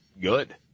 good